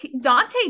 Dante